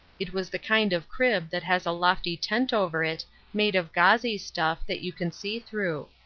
it was the kind of crib that has a lofty tent over it made of gauzy stuff that you can see through.